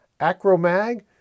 Acromag